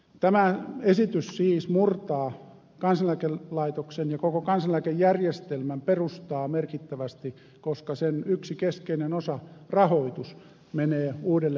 tämä esitys siis murtaa kansaneläkelaitoksen ja koko kansaneläkejärjestelmän perustaa merkittävästi koska sen yksi keskeinen osa rahoitus menee uudelle pohjalle